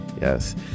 Yes